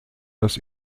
das